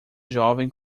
jovem